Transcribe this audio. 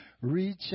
reach